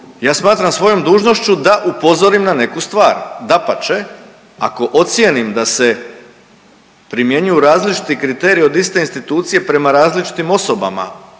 ja smatram svojom dužnošću da upozorim na neku stvar, dapače ako ocijenim da se primjenjuju različiti kriteriji od iste institucije prema različitim osobama,